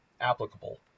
applicable